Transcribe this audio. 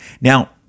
Now